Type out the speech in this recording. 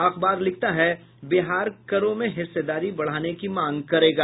अखबार लिखता है बिहार करों में हिस्सेदारी बढ़ाने की मांग करेगा